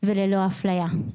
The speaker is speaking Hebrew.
וללא אפליה.